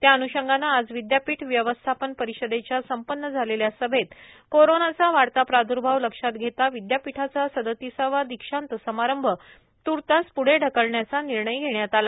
त्यान्षंगाने आज विद्यापीठ व्यवस्थापन परिषदेच्या संपन्न झालेल्या सभैत कोरोनाचा वाढता प्राद्र्भाव लक्षात घेता विद्यापीठाचा सदतिसावा दीक्षांत समारंभ तूर्तास प्ढे ढकलण्याचा निर्णय घेण्यात आला